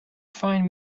find